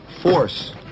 force